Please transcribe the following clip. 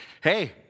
Hey